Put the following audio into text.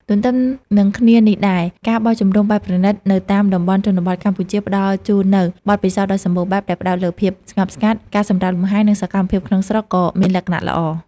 ទន្ទឹមនិងគ្នានេះដែរ ការបោះជំរំបែបប្រណីត នៅតាមតំបន់ជនបទកម្ពុជាផ្តល់ជូននូវបទពិសោធន៍ដ៏សម្បូរបែប ដែលផ្តោតលើភាពស្ងប់ស្ងាត់ ការសម្រាកលំហែ និងសកម្មភាពក្នុងស្រុក ក៏មានលក្ខណៈល្អ។